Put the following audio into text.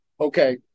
okay